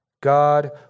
God